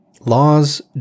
laws